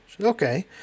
Okay